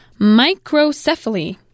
microcephaly